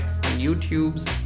YouTube's